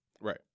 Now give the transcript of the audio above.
right